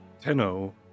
Tenno